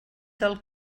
del